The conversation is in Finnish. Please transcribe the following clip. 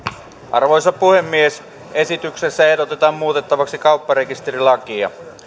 arvoisa puhemies esityksessä ehdotetaan muutettavaksi kaupparekisterilakia